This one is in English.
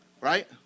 right